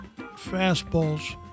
fastballs